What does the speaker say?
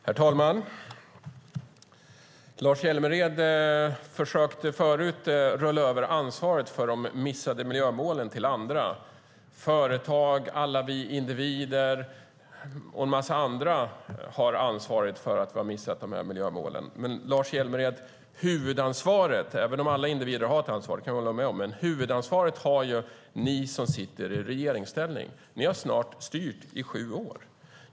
Herr talman! Lars Hjälmered försökte förut skjuta över ansvaret för de missade miljömålen på andra. Det är företag, alla vi individer och en massa andra som har ansvaret för att Sverige har missat miljömålen. Men även om alla individer har ett ansvar har ni som sitter i regeringsställning huvudansvaret. Ni har snart styrt i sju år.